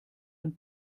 ein